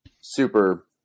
super